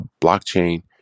blockchain